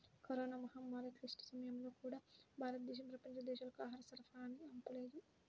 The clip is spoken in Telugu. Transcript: కరోనా మహమ్మారి క్లిష్ట సమయాల్లో కూడా, భారతదేశం ప్రపంచ దేశాలకు ఆహార సరఫరాని ఆపలేదు